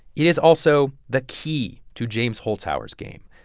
it is also the key to james holzhauer's game.